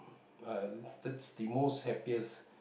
uh that's the most happiest